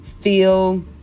feel